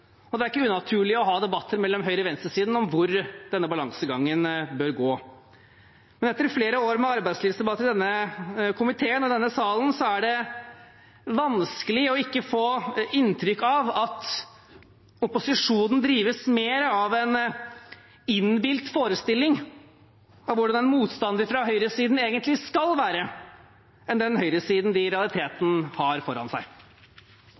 og det er ikke unaturlig å ha debatter mellom høyre- og venstresiden om hvor denne balansegangen bør gå. Men etter flere år med arbeidslivsdebatt i denne komiteen og denne salen er det vanskelig å ikke få inntrykk av at opposisjonen drives mer av en innbilt forestilling av hvordan motstanden fra høyresiden egentlig skal være, enn den høyresiden de i realiteten har foran seg.